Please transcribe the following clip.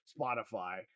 Spotify